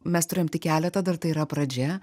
mes turėjom tik keletą dar tai yra pradžia